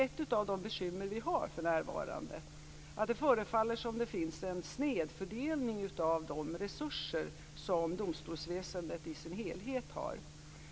Ett av de bekymmer som vi för närvarande har är att det förefaller som att det finns en snedfördelning av de resurser som domstolsväsendet i dess helhet har.